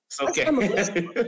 Okay